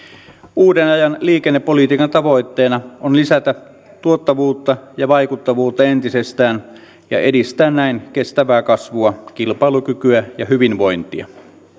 uuden ajan liikennepolitiikan tavoitteena on lisätä tuottavuutta ja vaikuttavuutta entisestään ja edistää näin kestävää kasvua kilpailukykyä ja hyvinvointia